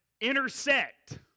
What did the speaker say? intersect